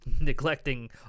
neglecting